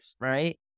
right